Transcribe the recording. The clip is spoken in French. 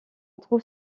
trouve